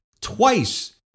twice